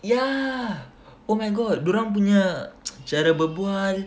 yeah oh my god dorang punya cara berbual